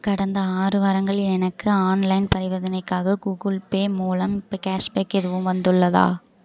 கடந்த ஆறு வாரங்களில் எனக்கு ஆன்லைன் பரிவர்த்தனைக்காக கூகுள் பே மூலம் இப்போ கேஷ் பேக் எதுவும் வந்துள்ளதா